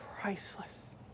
priceless